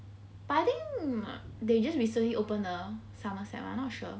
but I think they just recently open the somerset one I'm not sure